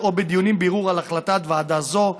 או בדיונים בערעור על החלטת ועדה זו,